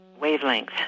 wavelength